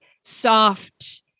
soft